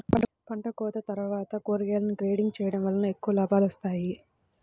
పంటకోత తర్వాత కూరగాయలను గ్రేడింగ్ చేయడం వలన ఎక్కువ లాభాలు వస్తాయి